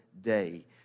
day